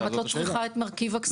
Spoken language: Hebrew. ואת לא צריכה את מרכיב הכספים.